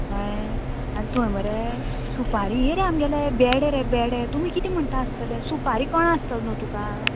कळ्ळें आनी थंय मरे सुपारी ये रे आमगेलें बॅडे रे बॅडे तुमी कितें म्हणटा आसतले सुपारी कळ्ळा आसतली न्हू तुका